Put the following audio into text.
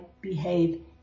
behave